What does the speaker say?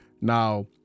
Now